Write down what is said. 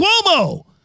Cuomo